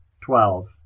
twelve